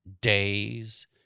days